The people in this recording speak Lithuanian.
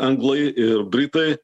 anglai ir britai